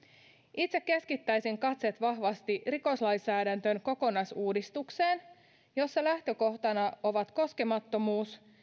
itse keskittäisin katseet vahvasti rikoslainsäädännön kokonaisuudistukseen jossa lähtökohtana ovat koskemattomuus